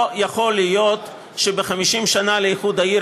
לא יכול להיות שב-50 שנה לאיחוד העיר